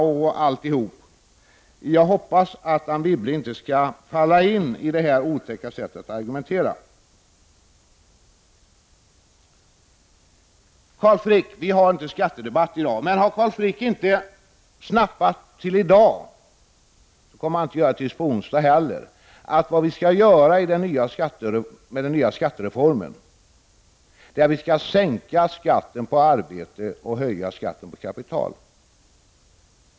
Jag hoppas att Anne Wibble inte skall falla in i det här otäcka sättet att argumentera. Jag vill säga till Carl Frick att vi inte för en skattedebatt i dag. Om Carl Frick ännu inte har snappat upp det kommer han inte att ha gjort det på onsdag heller, dvs. att vi med den nya skattereformen skall sänka skatten på arbete och höja skatten på kapital.